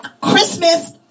Christmas